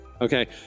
Okay